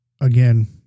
Again